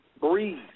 breathe